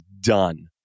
done